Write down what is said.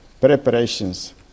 preparations